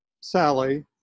Sally